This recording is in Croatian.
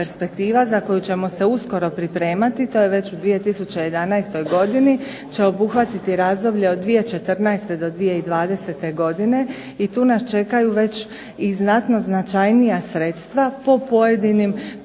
za koju ćemo se uskoro pripremati, to je već u 2011. godini će obuhvatiti razdoblje od 2014. do 2020. godine i tu nas čekaju već znatno značajnija sredstva po pojedinim područjima,